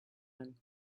him